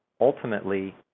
ultimately